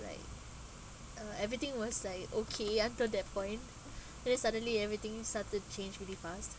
like uh everything was like okay until that point and then suddenly everything started to change really fast